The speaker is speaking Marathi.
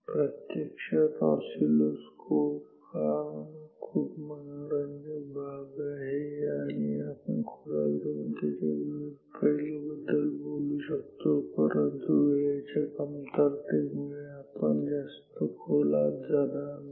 प्रत्यक्षात ऑसिलोस्कोप हा खूप मनोरंजक भाग आहे आणि आपण खोलात जाऊन त्याच्या विविध पैलू बद्दल बोलू शकतो परंतु वेळेच्या कमतरतेमुळे आपण जास्त खोलात जाणार नाही